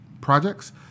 projects